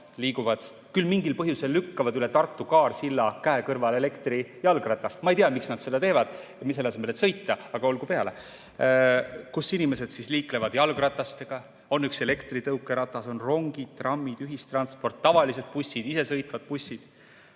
küll mingil põhjusel lükkavad – üle Tartu Kaarsilla käekõrval elektrijalgratast. Ma ei tea, miks nad seda teevad, selle asemel et sõita, aga olgu peale. Inimesed liiklevad jalgratastega, on ka üks elektritõukeratas, on rongid, trammid, ühistransport, tavalised bussid, isesõitvad bussid.